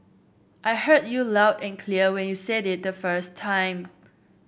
I heard you loud and clear when you said it the first time